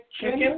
chicken